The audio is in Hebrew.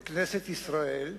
בכנסת ישראל,